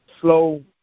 slow